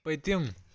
پٔتِم